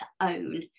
own